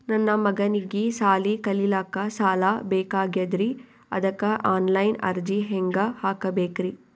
ನನ್ನ ಮಗನಿಗಿ ಸಾಲಿ ಕಲಿಲಕ್ಕ ಸಾಲ ಬೇಕಾಗ್ಯದ್ರಿ ಅದಕ್ಕ ಆನ್ ಲೈನ್ ಅರ್ಜಿ ಹೆಂಗ ಹಾಕಬೇಕ್ರಿ?